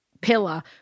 pillar